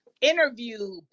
interview